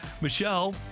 Michelle